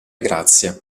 grazie